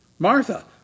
Martha